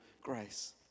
grace